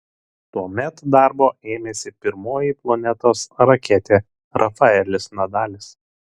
tuomet darbo ėmėsi pirmoji planetos raketė rafaelis nadalis